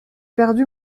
perdu